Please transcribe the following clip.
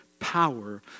power